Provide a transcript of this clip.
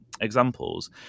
examples